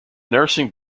nursing